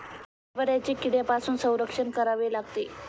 हरभऱ्याचे कीड्यांपासून संरक्षण करावे लागते